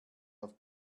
auf